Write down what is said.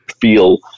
feel